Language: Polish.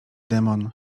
demon